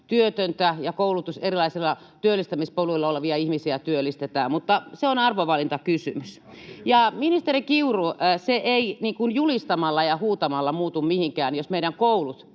työtöntä ja erilaisilla työllistämispoluilla olevaa ihmistä työllistetään. Mutta se on arvovalintakysymys. Ja, ministeri Kiuru, se ei julistamalla ja huutamalla muutu mihinkään, jos meidän koulut